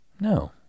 No